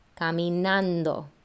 caminando